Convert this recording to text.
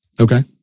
Okay